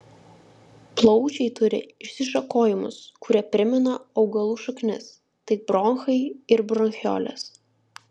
plaučiai turi išsišakojimus kurie primena augalų šaknis tai bronchai ir bronchiolės